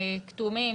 כתומים,